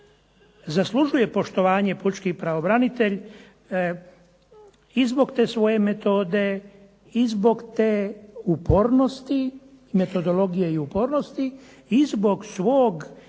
Zaslužuje poštovanje pučki pravobranitelj i zbog te svoje metode i zbog te upornosti, metodologije i upornosti i zbog svog